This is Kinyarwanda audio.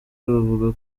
bavuga